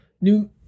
new